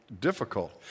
difficult